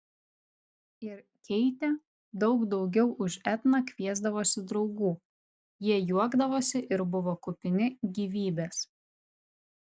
ir keitė daug daugiau už etną kviesdavosi draugų jie juokdavosi ir buvo kupini gyvybės